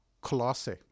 Colossae